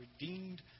redeemed